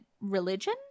religion